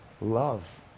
love